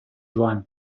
joan